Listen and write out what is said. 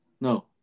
No